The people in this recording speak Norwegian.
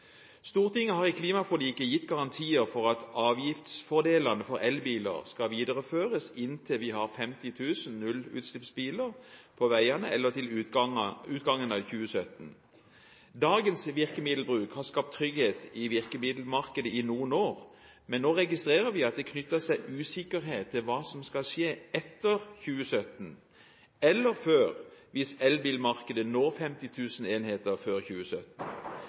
Stortinget har i klimaforliket gitt garantier for at avgiftsfordelene for elbiler skal videreføres inntil vi har 50 000 nullutslippsbiler på veiene eller til utgangen av 2017. Dagens virkemiddelbruk har skapt trygghet i virkemiddelmarkedet i noen år, men nå registrerer vi at det knyttes usikkerhet til hva som skal skje etter 2017 eller før, hvis elbilmarkedet når 50 000 enheter før 2017.